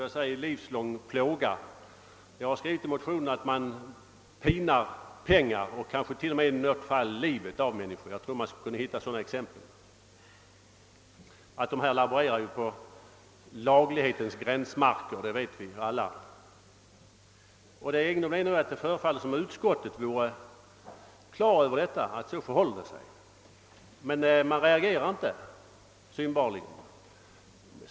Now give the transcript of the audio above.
Jag har också skrivit att de pinar pengar och kanske till och med livet ur människor, och jag tror att man kan hitta exempel på det. Firmorna laborerar på laglighetens gränsmarker, det vet vi alla. Det egendomliga är att det förefailer som om utskottet har klart för sig att det förhåller sig så, men utskottet reagerar synbarligen inte.